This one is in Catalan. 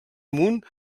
amunt